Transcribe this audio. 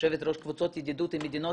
כיושבת שראש קבוצות ידידות עם המדינות